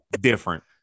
Different